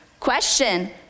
Question